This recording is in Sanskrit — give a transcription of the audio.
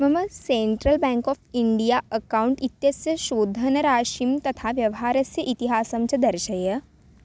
मम central bank of India account इत्यस्य शोधनराशिं तथा व्यवहारस्य इतिहासं च दर्शय